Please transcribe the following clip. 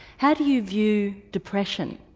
how do you view depression?